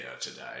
today